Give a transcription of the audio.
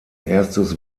erstes